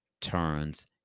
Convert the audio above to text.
turns